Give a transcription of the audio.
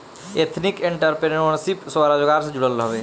ethnic entrepreneurship स्वरोजगार से जुड़ल हवे